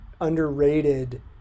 underrated